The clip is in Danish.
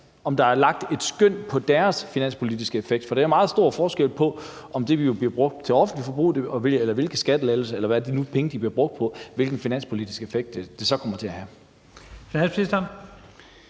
ind, er lagt et skøn over deres finanspolitiske effekt. For der er jo meget stor forskel på, om de penge bliver brugt til offentligt forbrug, til skattelettelser, eller hvad de nu bliver brugt på, og hvilken finanspolitisk effekt det så kommer til at have.